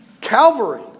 Calvary